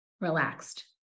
relaxed